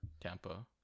Tampa